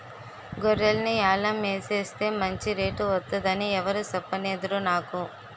గొర్రెల్ని యాలం ఎసేస్తే మంచి రేటు వొత్తదని ఎవురూ సెప్పనేదురా నాకు